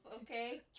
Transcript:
okay